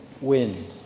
wind